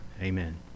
amen